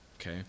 Okay